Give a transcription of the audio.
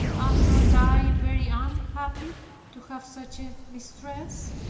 am not i very unhappy to have such a mistress?